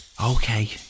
Okay